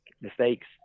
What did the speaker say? mistakes